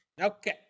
Okay